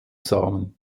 samen